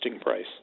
price